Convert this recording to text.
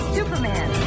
Superman